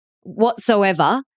whatsoever